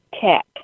tech